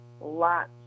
lots